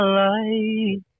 light